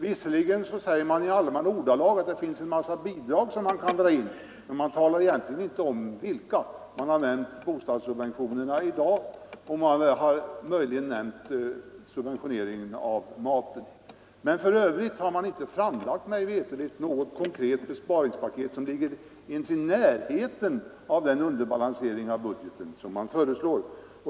Visserligen säger man i allmänna ordalag att det finns en massa bidrag som kan dras in, men man talar egentligen inte om vilka; man har nämnt bostadssubventionerna i dag och man har möjligen nämnt subventioneringen av maten, men för övrigt har man mig veterligt inte framlagt något konkret besparingspaket som ligger ens i närheten av den underbalansering av budgeten som man föreslår.